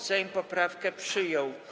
Sejm poprawkę przyjął.